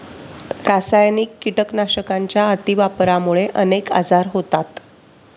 रासायनिक कीटकनाशकांच्या अतिवापरामुळे अनेक आजार होतात